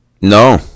no